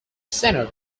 center